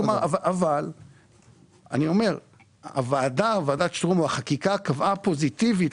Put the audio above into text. אבל אני אומר שוועדת שטרום והחקיקה קבעה פוזיטיבית